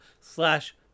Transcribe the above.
slash